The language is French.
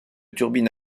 turbine